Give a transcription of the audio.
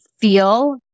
feel